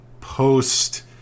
post